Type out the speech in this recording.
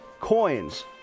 coins